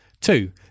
Two